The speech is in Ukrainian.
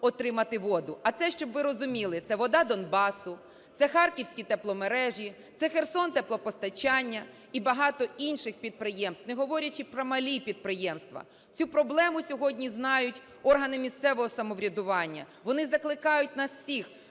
отримати воду. А це, щоб ви розуміли, це "Вода Донбасу", це "Харківські тепломережі", це "Херсонтеплопостачання" і багато інших підприємств, не говорячи про малі підприємства. Цю проблему сьогодні знають органи місцевого самоврядування. Вони закликають нас всіх,